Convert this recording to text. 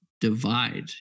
divide